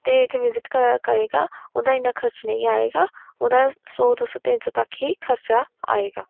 ਅਤੇ ਇੱਥੇ ਵਿਜ਼ਿਟ ਕ ਕਰੇਗਾ ਉਹਦਾ ਇੰਨਾ ਖਰਚ ਨਹੀਂ ਆਏਗਾ ਉਹਦਾ ਸੌ ਦੋ ਸੌ ਤਿੰਨ ਸੌ ਤੱਕ ਹੀ ਖਰਚਾ ਆਏਗਾ